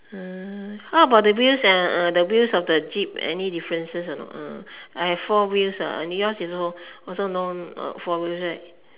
what about the wheels and uh the wheels of the jeep any differences or not I have four wheels ah and yours is also no four wheels right